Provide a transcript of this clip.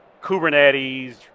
Kubernetes